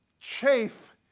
chafe